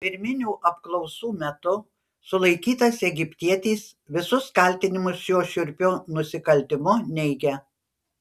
pirminių apklausų metu sulaikytas egiptietis visus kaltinimus šiuo šiurpiu nusikaltimu neigia